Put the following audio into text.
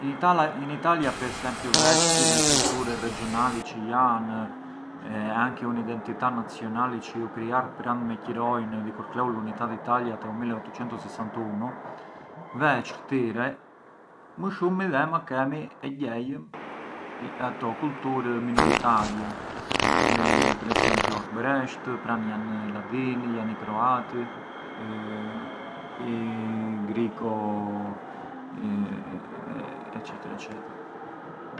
In Italia per esempiu veç gjith le culture regionali çë jan e anchi un’identità nazionali çë ju kriar pranë me qëroin di kur kleu l’Unità d’Italia te u milleottucentusissantunu, veç këtire, më shumë midhema kemi, gjejëm ato kulturë minoritarie, per esempiu arbëreshët, pran jan midhe i ladini, jan i croati, i griko a eccetera eccetera.